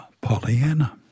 Pollyanna